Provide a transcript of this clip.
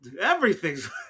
Everything's